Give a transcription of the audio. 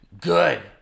Good